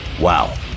Wow